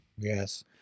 Yes